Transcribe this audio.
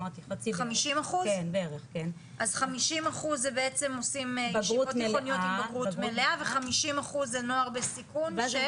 אז 50% בעצם עושים ישיבות תיכוניות עם בגרות מלאה ו-50% זה נוער בסיכון.